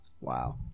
Wow